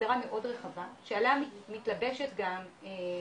הגדרה מאוד רחבה שעליה מתלבשת גם העבירה.